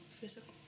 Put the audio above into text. Physical